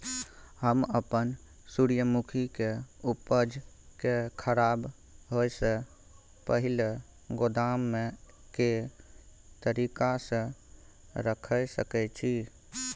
हम अपन सूर्यमुखी के उपज के खराब होयसे पहिले गोदाम में के तरीका से रयख सके छी?